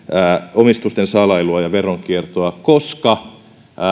omistusten salailua ja veronkiertoa koska